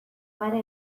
gara